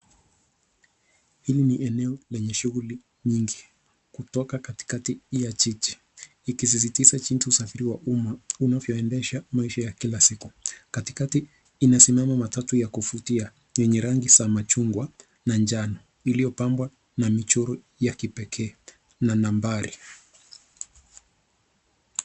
Hili ni eneo lenye shughuli nyingi kutoka katikati ya jiji likisisitiza jinsi usafiri wa umma unavyoendesha maisha ya kila siku. Katikati inasimama matatu ya kuvutia yenye rangi za machungwa na njano iliyopangwa na michoro ya kipekee na nambari.